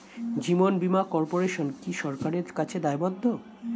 জীবন বীমা কর্পোরেশন কি সরকারের কাছে দায়বদ্ধ?